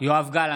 יואב גלנט,